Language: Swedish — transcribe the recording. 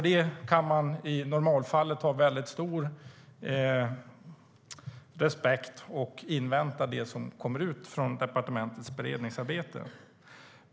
Det kan man i normalfallet ha stor respekt för och invänta det som kommer ut av departementets beredningsarbete.